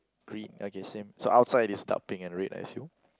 green okay same so outside it is dark pink and red I assume